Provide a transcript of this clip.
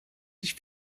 sich